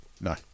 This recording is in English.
No